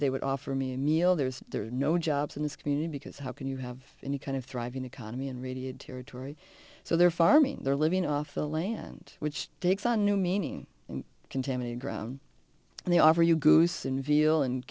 they would offer me a meal there's there are no jobs in this community because how can you have any kind of thriving economy and redid territory so their farming their living off the land which takes on new meaning contaminated ground and they offer you goose and veal and